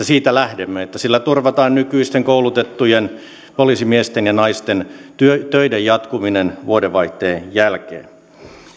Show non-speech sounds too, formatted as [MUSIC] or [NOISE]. [UNINTELLIGIBLE] siitä että sillä turvataan nykyisten koulutettujen poliisimiesten ja naisten töiden jatkuminen vuodenvaihteen jälkeen